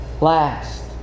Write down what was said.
last